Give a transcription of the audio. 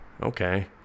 okay